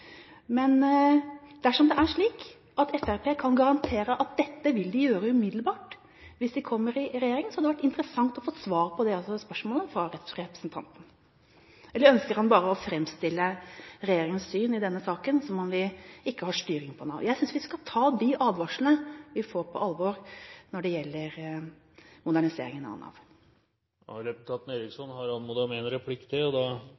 Dersom det er slik at Fremskrittspartiet kan garantere at dette vil de gjøre umiddelbart hvis de kommer i regjering, hadde det vært interessant å få svar på det fra representanten. Eller ønsker han bare å framstille regjeringens syn i denne saken som om vi ikke har styring på Nav? Jeg synes vi skal ta de advarslene vi får på alvor når det gjelder moderniseringen av